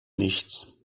nichts